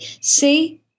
see